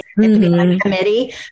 committee